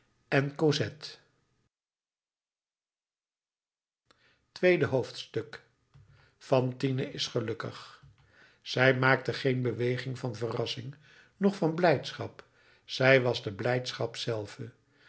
en cosette tweede hoofdstuk fantine is gelukkig zij maakte geen beweging van verrassing noch van blijdschap zij was de blijdschap zelve